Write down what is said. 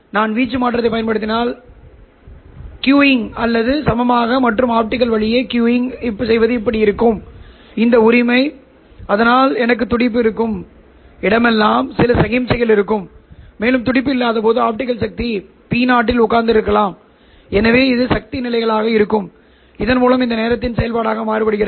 நான் வீச்சு மாற்றத்தைப் பயன்படுத்தினால் கீயிங் அல்லது சமமாக மற்றும் ஆப்டிகல் வழியே கீயிங் செய்வது இப்படி இருக்கும் இந்த உரிமை அதனால் எனக்கு துடிப்பு இருக்கும் இடமெல்லாம் சில சமிக்ஞைகள் இருக்கும் மேலும் துடிப்பு இல்லாதபோது ஆப்டிகல் சக்தி P0 இல் உட்கார்ந்திருக்கலாம் எனவே இது சக்தி நிலைகளாக இருக்கும் இதன் மூலம் இது நேரத்தின் செயல்பாடாக மாறுகிறது